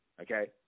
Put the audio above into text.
Okay